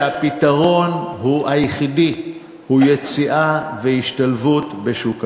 שהפתרון היחידי הוא יציאה והשתלבות בשוק העבודה.